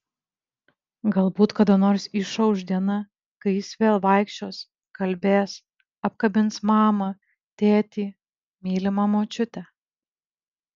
galbūt kada nors išauš diena kai jis vėl vaikščios kalbės apkabins mamą tėtį mylimą močiutę